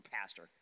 pastor